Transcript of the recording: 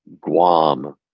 guam